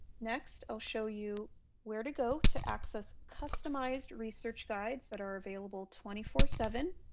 next i'll show you where to go to access customized research guides that are available twenty four seven,